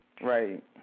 right